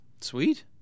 Sweet